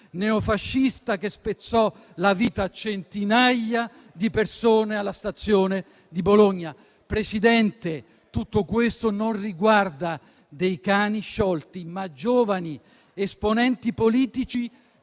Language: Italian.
neofascista che spezzò la vita a centinaia di persone alla stazione di Bologna la mattina del 2 agosto 1980. Presidente, tutto questo non riguarda dei "cani sciolti", ma giovani esponenti politici